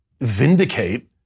vindicate